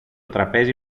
τραπέζι